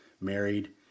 married